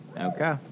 Okay